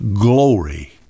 glory